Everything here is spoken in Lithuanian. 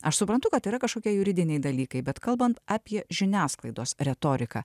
aš suprantu kad yra kažkokie juridiniai dalykai bet kalbant apie žiniasklaidos retoriką